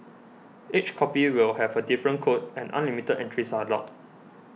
each copy will have a different code and unlimited entries are allowed